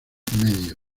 medio